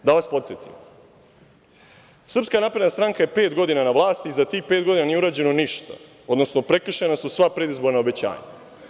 Da vas podsetim, SNS je pet godina na vlasti i za tih pet godina nije urađeno ništa, odnosno prekršena su sva predizborna obećanja.